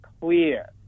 clear